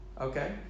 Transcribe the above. Okay